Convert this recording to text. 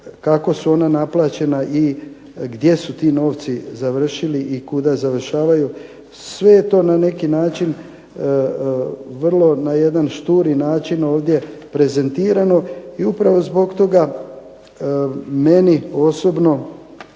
kako su ona naplaćena i gdje su ti novci završili i kuda završavaju. Sve je to na neki način vrlo na jedan šturi način ovdje prezentirano i upravo zbog toga meni osobno